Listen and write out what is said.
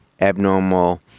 abnormal